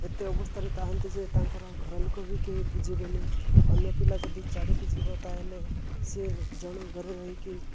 ଏତେ ଅବସ୍ଥାରେ ଥାଆନ୍ତି ଯେ ତାଙ୍କର ଘରଲୋକ ବି କେହି ବୁଝିବେନି ଅନ୍ୟ ପିଲା ଯଦି ଛାଡ଼ିକି ଯିବ ତାହେଲେ ସିଏ ଜଣେ ଘରେ ରହିକି